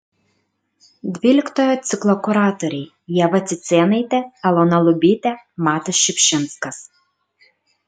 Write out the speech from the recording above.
dvyliktojo ciklo kuratoriai ieva cicėnaitė elona lubytė matas šiupšinskas